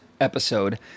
episode